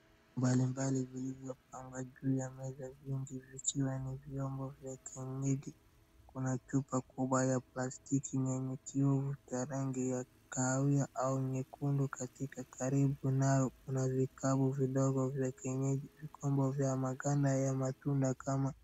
Vitu mbalimbali vilivyopangwa juu ya meza vikiwa ni vyombo vya kliniki. Kuna chupa kubwa ya plastiki yenye kitu ya rangi ya kahawia au nyekundu .Karibu nao kuna vikapu vidogo vya kienyeji vilivyo na maganda ya matunda.